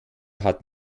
hat